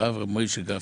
הרב משה גפני,